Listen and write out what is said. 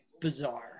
bizarre